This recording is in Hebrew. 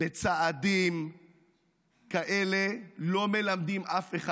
בצעדים כאלה לא מלמדים אף אחד.